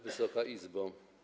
Wysoka Izbo!